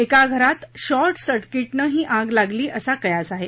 एका घरात शॉर्ट सर्किटनं ही आग लागली असा कयास आहे